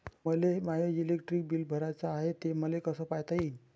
मले माय electric bill भराचं हाय, ते मले कस पायता येईन?